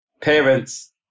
Parents